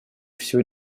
всего